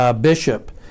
bishop